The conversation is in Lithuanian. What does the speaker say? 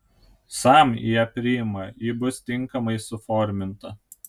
sam ją priima ji bus tinkamai suforminta